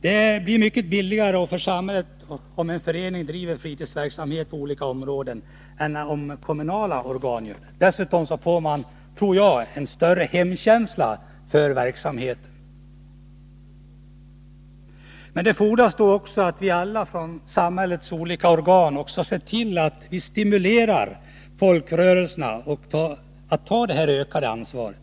Det blir mycket billigare, om en förening bedriver fritidsverksamhet på olika områden än om kommunala organ gör det. Dessutom får man, tror jag, en större hemkänsla i samband med verksamheten. Då fordras det emellertid också att vi alla inom samhällets olika organ ser till, att vi stimulerar folkrörelserna att ta det ökade ansvaret.